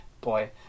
boy